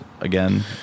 again